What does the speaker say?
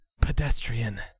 Pedestrian